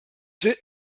ser